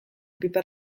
piper